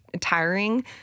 tiring